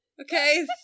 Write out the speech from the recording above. Okay